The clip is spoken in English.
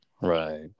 right